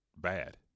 bad